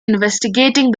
investigating